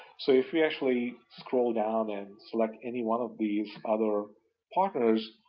so if we actually scroll down and select any one of these other partners,